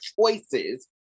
choices